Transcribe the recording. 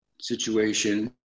situation